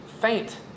faint